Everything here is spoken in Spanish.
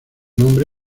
nombre